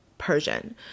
Persian